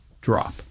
drop